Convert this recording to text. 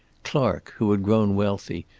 clark, who had grown wealthy,